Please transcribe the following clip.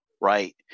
right